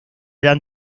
dan